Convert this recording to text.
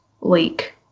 leak